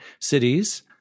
Cities